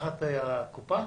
תחת הקופה?